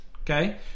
okay